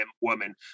woman